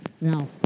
Now